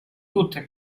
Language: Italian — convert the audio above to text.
tutte